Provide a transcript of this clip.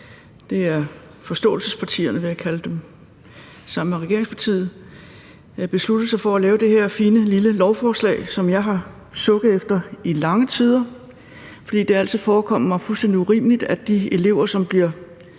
det er forståelsespartierne, som jeg vil kalde dem, sammen med regeringspartiet – besluttet sig for at lave det her fine lille lovforslag, som jeg har sukket efter i lange tider, fordi det altid har forekommet mig fuldstændig urimeligt, at elever, der kommer